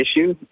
issue